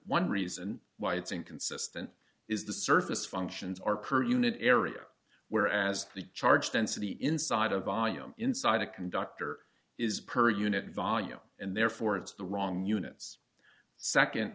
one reason why it's inconsistent is the surface functions are per unit area where as the charge density inside a volume inside a conductor is per unit volume and therefore it's the wrong units